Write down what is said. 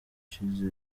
ishize